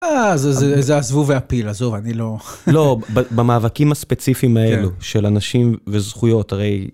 אה, זה, זה, זה הזבוב והפיל, עזוב, אני לא... לא, במאבקים הספציפיים האלו, של אנשים וזכויות, הרי...